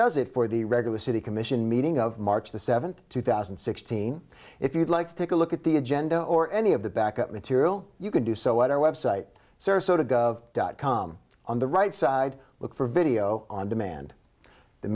does it for the regular city commission meeting of march the seventh two thousand and sixteen if you'd like to take a look at the agenda or any of the backup material you can do so at our website sarasota gov dot com on the right side look for video on demand the